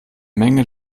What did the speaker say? menge